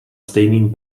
stejným